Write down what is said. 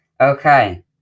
Okay